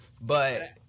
But-